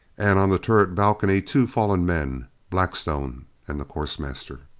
and on the turret balcony, two fallen men blackstone and the course master.